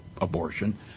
abortion